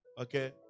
okay